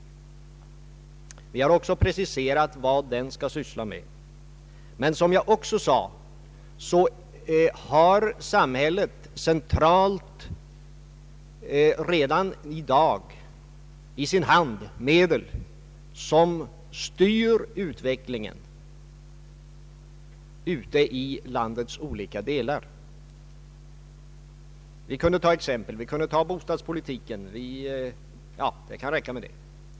Vi har också preciserat vad den skall syssla med. Men som jag också sade, har samhället centralt redan i dag i sin hand medel som styr utvecklingen ute i landets olika delar. Det kan räcka med bostadspolitiken som exempel.